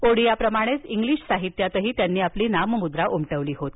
ओडिया प्रमाणेच इंग्लिश साहित्यातही त्यांनी आपली नाममुद्रा उमटवली होती